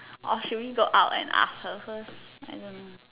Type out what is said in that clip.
or should we go out and ask her first I don't know